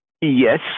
Yes